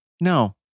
No